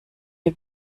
ihr